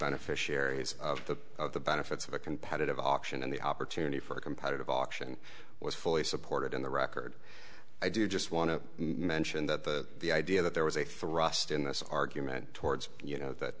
beneficiaries of the of the benefits of a competitive auction and the opportunity for a competitive auction was fully supported in the record i do just want to mention that the the idea that there was a thrust in this argument towards you know that